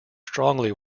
strongly